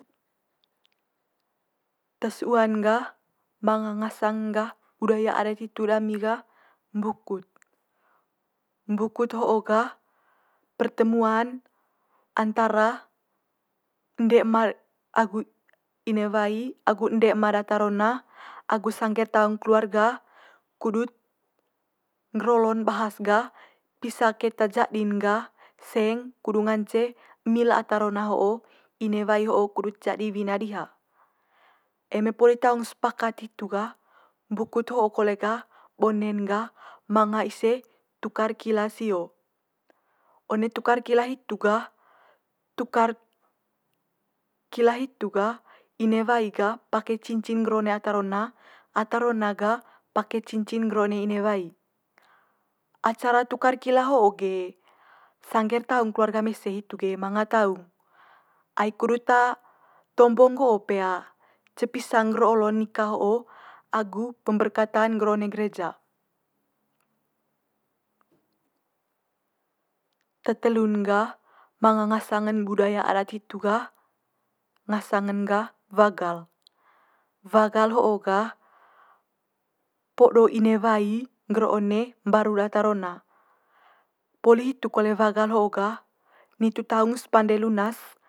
te sua'n gah manga ngasang gah budaya adat hitu dami gah mbukut. Mbukut ho'o gah pertemuan antara ende ema agu ine wai agu ende ema data rona agu sangge'r taung keluarga kudut ngger olo'n bahas gah pisa keta jadi'n gah seng kudu ngance emi le ata rona ho'o ine wai ho'o kudut jadi wina diha. Eme poli taung sepakat hitu gah mbukut ho'o kole gah bone'n gah manga ise tukar kila sio. One tukar kila hitu gah tukar kila hitu gah ine wai gah pake cincin ngger one ata rona, ata rona gah pake cincin ngger one ine wai. Acara tukar kila ho'o ge sangge'r taung keluarga mese hitu ge manga taung. Ai kudut tombo nggo pe cepisa ngger olo'n nika ho'o agu pemberkatan ngger one gereja. Te telu'n gah manga ngasang'n budaya adat hitu gah, ngasang'n gah wagal. Wagal ho'o gah podo ine wai ngger one mbaru data rona, poli hitu kole wagal ho'o gah nitu taung's pande lunas.